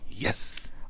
Yes